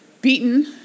beaten